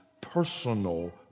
personal